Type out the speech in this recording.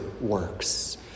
works